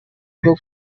bwo